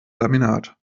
laminat